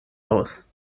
aus